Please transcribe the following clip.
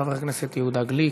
חבר הכנסת יהודה גליק.